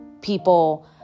People